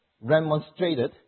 remonstrated